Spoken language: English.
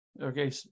okay